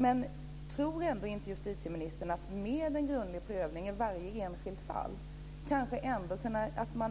Men tror inte justitieministern att man med en grundlig prövning i varje enskilt fall